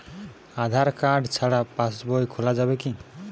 আধার card ছাড়া পাশবই খোলা যাবে কি?